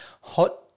Hot